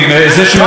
גם את זה ראיתי,